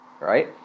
right